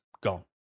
gone